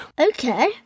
Okay